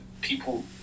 people